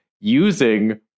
using